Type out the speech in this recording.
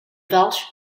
welsh